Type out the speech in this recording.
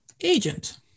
agent